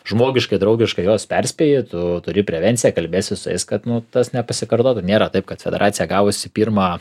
žmogiškai draugiškai juos perspėji tu turi prevenciją kalbėsi su jais kad nu tas nepasikartotų nėra taip kad federacija gavusi pirmą